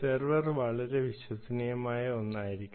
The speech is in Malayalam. സെർവർ വളരെ വിശ്വസനീയമായ ഒന്നായിരിക്കണം